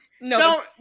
No